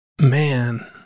man